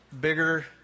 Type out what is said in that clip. bigger